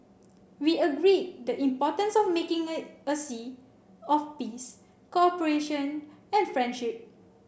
we agreed the importance of making it a sea of peace cooperation and friendship